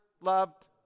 loved